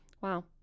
Wow